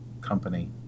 company